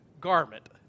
garment